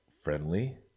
friendly